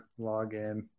login